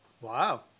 Wow